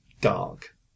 dark